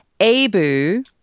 Abu